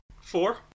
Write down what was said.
Four